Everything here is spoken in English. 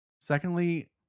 Secondly